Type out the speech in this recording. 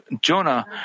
Jonah